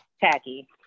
Tacky